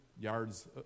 yards